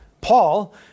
Paul